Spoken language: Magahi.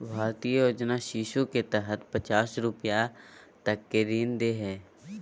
भारतीय योजना शिशु के तहत पचास हजार रूपया तक के ऋण दे हइ